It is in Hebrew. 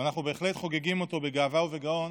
ואנחנו בהחלט חוגגים אותו בגאווה ובגאון,